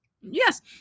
yes